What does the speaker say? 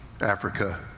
Africa